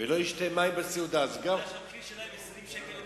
זה אחרי שהוא יתחיל לשלם 20 שקל לקוב.